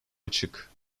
açık